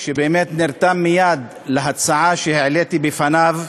שבאמת נרתם מייד להצעה שהעליתי בפניו,